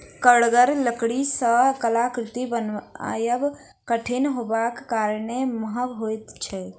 कड़गर लकड़ी सॅ कलाकृति बनायब कठिन होयबाक कारणेँ महग होइत छै